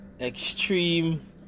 extreme